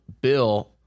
bill